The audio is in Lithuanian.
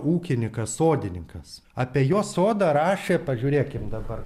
ūkininkas sodininkas apie jo sodą rašė pažiūrėkim dabar